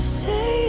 say